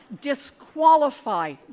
disqualify